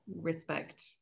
respect